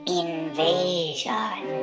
invasion